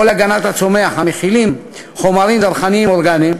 להגנת הצומח המכילים זרחנים אורגניים,